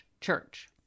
church